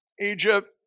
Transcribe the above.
Egypt